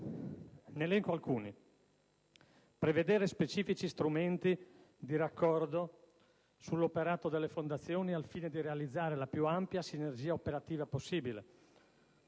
elenco alcuni: prevedere specifici strumenti di raccordo dell'operato delle fondazioni al fine di realizzare la più ampia sinergia operativa possibile;